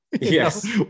yes